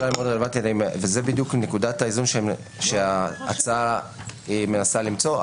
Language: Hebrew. וזו בדיוק נקודת האיזון שההצעה מנסה למצוא.